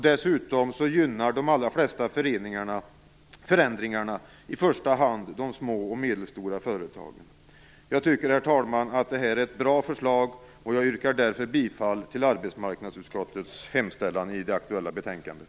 Dessutom gynnar de allra flesta av förändringarna i första hand de små och medelstora företagen. Jag tycker, herr talman, att det här är ett bra förslag, och jag yrkar därför bifall till arbetsmarknadsutskottets hemställan i det aktuella betänkandet.